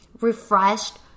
refreshed